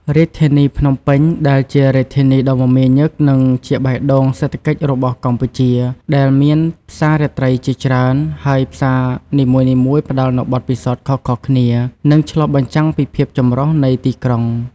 រាជធានីភ្នំពេញ ដែលជារាជធានីដ៏មមាញឹកនិងជាបេះដូងសេដ្ឋកិច្ចរបស់កម្ពុជា ដែលមានផ្សាររាត្រីជាច្រើន ហើយផ្សារនីមួយៗផ្ដល់នូវបទពិសោធន៍ខុសៗគ្នា និងឆ្លុះបញ្ចាំងពីភាពចម្រុះនៃទីក្រុង។